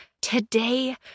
today